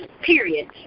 Period